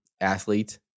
athlete